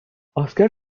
asker